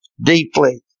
deeply